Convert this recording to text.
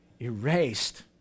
erased